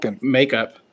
makeup